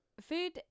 food